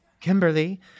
Kimberly